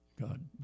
God